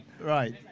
Right